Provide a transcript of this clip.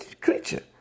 creature